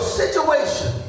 situation